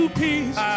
peace